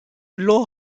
élan